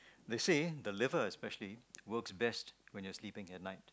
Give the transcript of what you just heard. they say the liver especially works best when you're sleeping at night